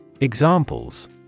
Examples